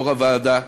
יושב-ראש הוועדה,